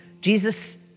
Jesus